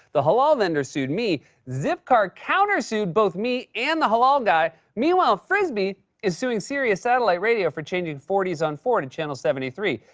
the halal vendor sued me. zip car countersued both me and the halal guy. meanwhile, frisbee is suing sirius satellite radio for changing forty s on four to channel seventy three,